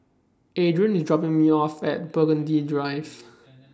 Adrain IS dropping Me off At Burgundy Drive